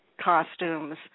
costumes